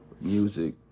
music